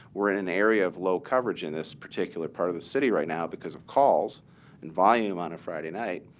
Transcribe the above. we're in an area of low coverage in this particular part of the city right now because of calls and volume on a friday night.